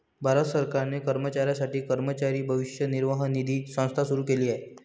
भारत सरकारने कर्मचाऱ्यांसाठी कर्मचारी भविष्य निर्वाह निधी संस्था सुरू केली आहे